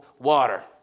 water